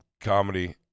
comedy